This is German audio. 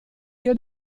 ihr